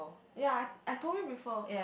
ya I I told you before